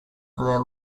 there